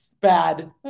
bad